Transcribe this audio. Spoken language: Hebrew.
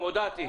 הודעתי.